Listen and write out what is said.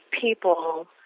people